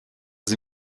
sie